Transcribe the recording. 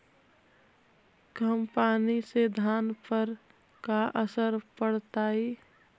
कम पनी से धान पर का असर पड़तायी?